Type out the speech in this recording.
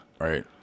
Right